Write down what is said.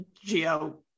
geo